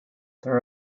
there